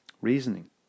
reasoning